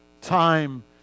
time